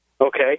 Okay